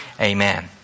Amen